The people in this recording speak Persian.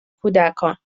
کودکان